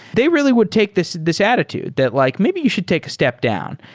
they really would take this this attitude that like, maybe you should take a step down.